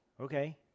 Okay